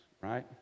right